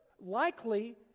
likely